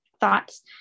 thoughts